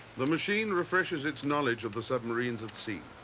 the machine refreshes its knowledge of the submarines at sea.